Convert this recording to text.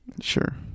Sure